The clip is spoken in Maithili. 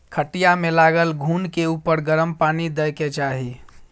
खटिया मे लागल घून के उपर गरम पानि दय के चाही